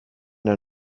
der